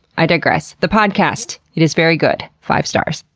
i digress. the podcast, it is very good. five stars.